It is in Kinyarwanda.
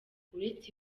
uretse